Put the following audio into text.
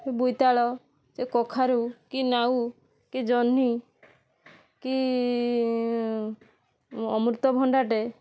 ବୋଇତାଳ ସେ କଖାରୁ କି ନାଉ କି ଜହ୍ନି କି ଅମୃତଭଣ୍ଡାଟେ